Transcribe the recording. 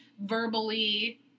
verbally